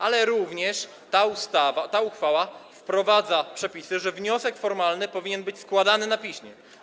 Ale również ta uchwała wprowadza przepisy, że wniosek formalny powinien być składany na piśmie.